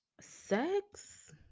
Sex